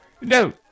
no